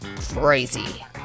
crazy